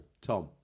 Tom